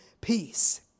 peace